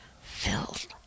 Filled